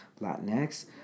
Latinx